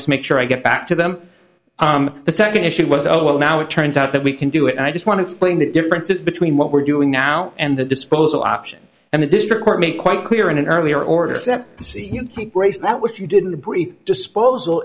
to make sure i get back to them the second issue was oh well now it turns out that we can do it i just want to explain the differences between what we're doing now and the disposal option and the district court made quite clear in an earlier order to see think race that what you didn't brief disposal